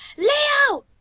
leo!